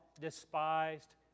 despised